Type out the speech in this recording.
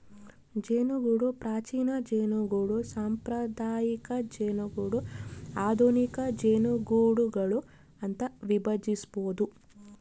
ಜೇನುಗೂಡು ಪ್ರಾಚೀನ ಜೇನುಗೂಡು ಸಾಂಪ್ರದಾಯಿಕ ಜೇನುಗೂಡು ಆಧುನಿಕ ಜೇನುಗೂಡುಗಳು ಅಂತ ವಿಭಜಿಸ್ಬೋದು